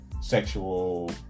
sexual